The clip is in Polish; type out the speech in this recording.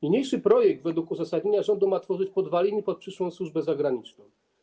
Niniejszy projekt według uzasadnienia rządu ma tworzyć podwaliny pod przyszłą służbę zagraniczną.